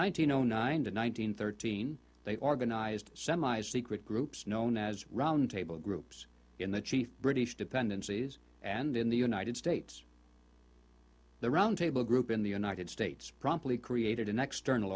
hundred ninety one nine hundred thirteen they organized semi's secret groups known as round table groups in the chief british dependencies and in the united states the round table group in the united states promptly created an external